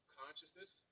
consciousness